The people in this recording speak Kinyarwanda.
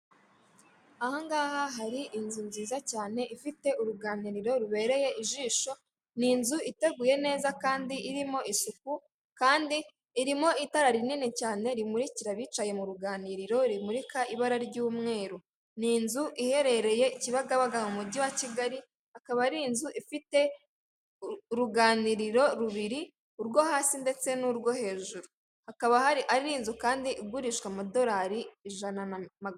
Aha ngaha hari inzu nziza cyane ifite uruganiriro rubereye ijisho, ni inzu iteguye neza kandi irimo isuku, kandi irimo itara rinini cyane rimurikira abicaye mu ruganiriro, rimurika ibara ry'umweru. Ni inzu iherereye Kibagabaga mu mujyi wa Kigali akaba ari inzu ifite uruganiriro rubiri, urwo hasi ndetse n'urwo hejuru, hakaba hari ari inzu kandi igurishwa amadorari ijana na ma.